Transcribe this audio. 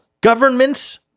governments